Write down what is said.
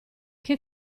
che